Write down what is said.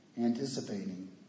anticipating